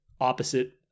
opposite